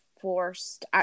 forced –